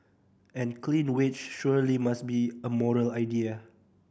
and clean wage surely must be a moral idea